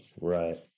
right